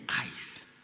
eyes